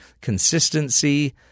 consistency